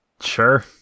Sure